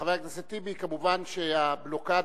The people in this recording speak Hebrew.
חבר הכנסת טיבי, מובן שההסגר